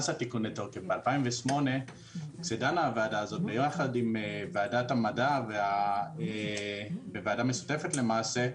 התיקון ב-2008 כשדנה הוועדה הזאת יחד עם ועדת המדע בוועדה משותפת למעשה,